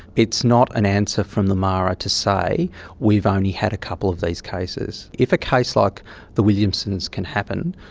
it's not an answer from the mara to say we've only had a couple of these cases. if a case like the williamsons' can happen,